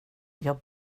jag